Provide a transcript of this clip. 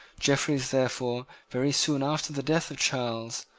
jeffreys, therefore, very soon after the death of charles,